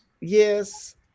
Yes